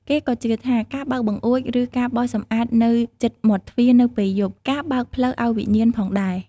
គេក៏ជឿថា ការបើកបង្អួច ឬការបោសសំអាតនៅជិតមាត់់ទ្វារនៅពេលយប់ ការបើកផ្លូវឱ្យវិញ្ញាណផងដែរ។